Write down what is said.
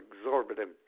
exorbitant